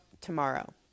Tomorrow